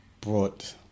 brought